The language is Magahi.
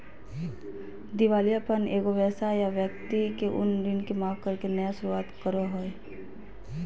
दिवालियापन एगो व्यवसाय या व्यक्ति के उन ऋण के माफ करके नया शुरुआत करो हइ